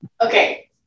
Okay